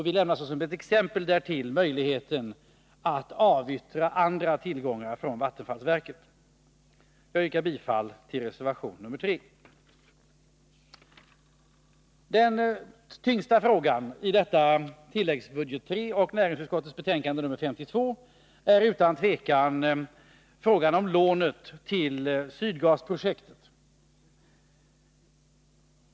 Vi nämner som exempel möjligheten att avyttra andra tillgångar från vattenfallsverket. Jag yrkar bifall till reservation nr 3. Den tyngsta frågan i tilläggsbudget III och i näringsutskottets betänkande nr 52 är utan tvivel frågan om lånet till Sydgasprojektet.